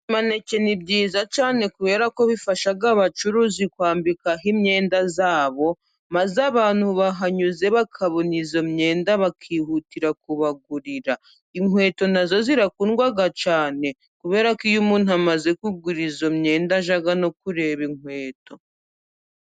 Ibimaneke ni myiza cyane, kubera ko bifasha abacuruzi kwambikaho imyenda yabo, maze abantu bahanyuze bakabona iyo myenda, bakihutira kubagurira. Inkweto nazo zirakundwaga cyane kubera ko iyo umuntu amaze kugura iyo myenda ajya no kureba inkweto.